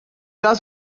was